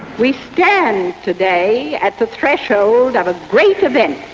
we stand today at the threshold of a great event.